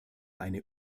eine